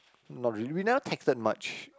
not really we never texted much